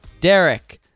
Derek